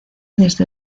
desde